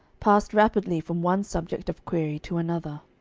passed rapidly from one subject of query to another.